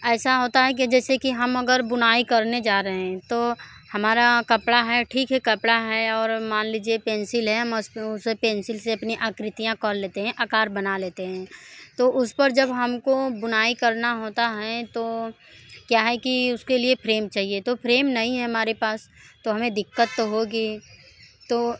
ऐसा होता हैं के जैसे कि हम अगर बुनाई करने जा रहें हैं तो हमारा कपड़ा है ठीक है हमारा कपड़ा और मान लीजिए पेंसिल है हम उस पर उन से पेंसिल से अपनी आकृतियाँ कर लेतें हैं आकार बना लेते हैं तो उस पर जब हम को बुनाई करना होता हैं तो क्या है कि उसके लिए फ्रेम चाहिए तो फ्रेम नहीं है हमारे पास तो हमें दिक्कत तो होगी ही तो